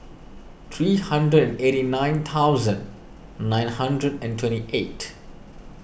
three hundred and eighty nine thousand nine hundred and twenty eight